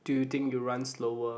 do you think you run slower